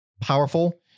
powerful